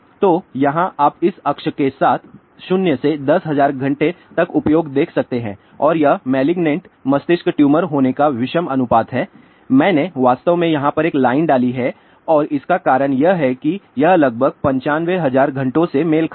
तो यहां आप इस अक्ष के साथ 0 से 10000 घंटे तक उपयोग देख सकते हैं और यह मेलिगनेन्ट मस्तिष्क ट्यूमर होने का विषम अनुपात है मैंने वास्तव में यहाँ पर एक लाइन डाली है और इसका कारण यह है कि यह लगभग 95000 घंटों से मेल खाती है